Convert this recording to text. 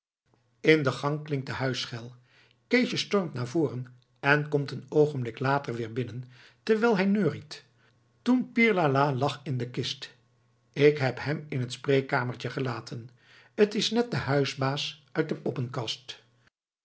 in de gang klinkt de huisschel keesje stormt naar voren en komt een oogenblik later weer binnen terwijl hij neuriet toen pierlala lag in de kist ik heb hem in het spreekkamertje gelaten t is net de huisbaas uit de poppenkast